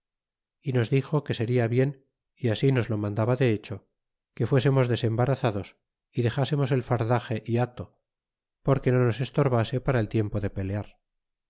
é nos dixo que seria bien é así nos lo mandaba de hecho que fuésemos desembarazados y dexsemos el fardaxe é ato porque no nos estorbase para el tiempo de pelear